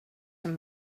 from